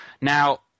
Now